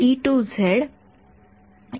0